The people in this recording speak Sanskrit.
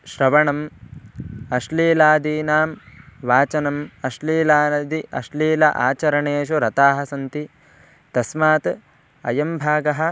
श्रवणम् अश्लीलादीनां वाचनम् अश्लीलादि अश्लील आचरणेषु रताः सन्ति तस्मात् अयं भागः